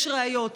יש ראיות,